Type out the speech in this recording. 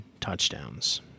touchdowns